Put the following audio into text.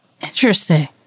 Interesting